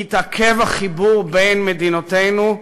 התעכב החיבור בין מדינותינו,